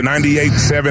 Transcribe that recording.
98.7